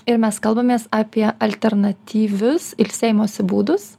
ir mes kalbamės apie alternatyvius ilsėjimosi būdus